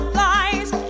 lies